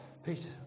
Peter